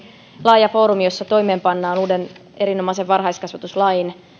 laaja foorumi jossa toimeenpannaan uuden erinomaisen varhaiskasvatuslain